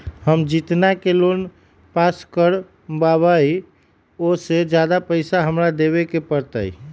हम जितना के लोन पास कर बाबई ओ से ज्यादा पैसा हमरा देवे के पड़तई?